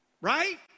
Right